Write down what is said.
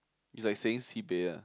is like saying sibei ah